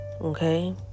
okay